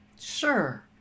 Sure